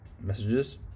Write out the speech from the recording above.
messages